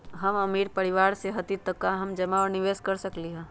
हम अमीर परिवार से न हती त का हम जमा और निवेस कर सकली ह?